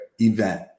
event